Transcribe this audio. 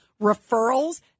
referrals